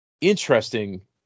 interesting